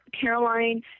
Caroline